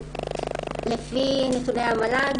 לפי נתוני המל"ג,